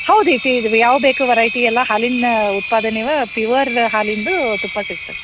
ಹೌದು ಐತಿ ಇದವೆ ಯಾವ ಬೇಕು ವರೈಟಿ ಎಲ್ಲ ಹಾಲಿನ ಉತ್ಪಾದನೆಯವೆ ಪಿವರ್ ಹಾಲಿನದು ತುಪ್ಪ ಸಿಕ್ತದೆ